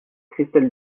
christelle